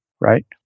right